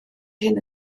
hyn